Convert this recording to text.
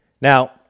Now